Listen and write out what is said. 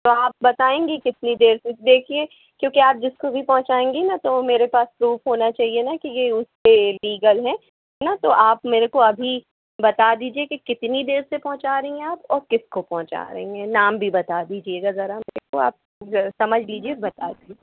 तो आप बताएंगे कितनी देर में देखिए क्योंकि आप जिसको भी पहुंचाएंगे ना तो मेरे पास तो प्रूफ़ होना चाहिए ना कि ये उसके लीगल हैं हैं ना तो आप मेरे को अभी बता दीजिए के कितनी देर से पहुंचा रही हैं आप और किसको पहुंचा रही हैं नाम भी बता दीजिएगा ज़रा मेरे को आप समझ लीजिए बता दीजिए